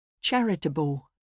Charitable